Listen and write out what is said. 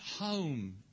home